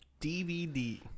dvd